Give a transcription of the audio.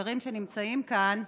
והחברים שנמצאים כאן,